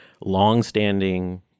longstanding